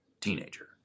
teenager